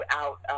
out